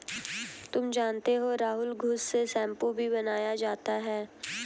तुम जानते हो राहुल घुस से शैंपू भी बनाया जाता हैं